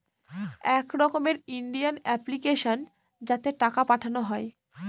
এক রকমের Indian application যাতে টাকা পাঠানো হয়